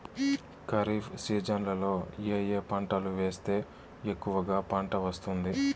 ఖరీఫ్ సీజన్లలో ఏ ఏ పంటలు వేస్తే ఎక్కువగా పంట వస్తుంది?